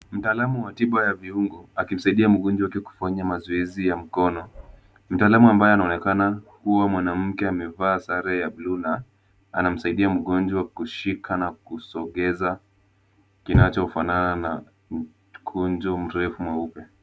Mtaalamu wa tiba ya viungo akimsaidia mgonjwa kufanya mazoezi ya mkono. Mtaalamu ambaye anaonekana kuwa mwanamke amevaa sare ya blue na anamsaidia mgonwa kushika na kusogeza kinachofanana na mkonjo mrefu mweupe.